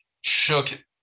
shook